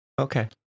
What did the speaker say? Okay